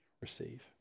receive